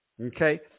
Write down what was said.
Okay